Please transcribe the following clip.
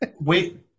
Wait